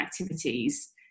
activities